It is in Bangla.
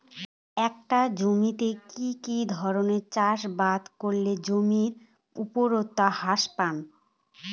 একটা জমিতে কি কি ধরনের চাষাবাদ করলে জমির উর্বরতা হ্রাস পায়না?